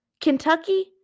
Kentucky